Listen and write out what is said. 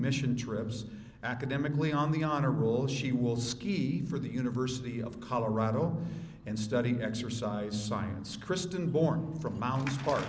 mission trips academically on the honor roll she will ski for the university of colorado and studying exercise science kristen born from mountain park